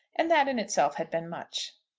and that in itself had been much.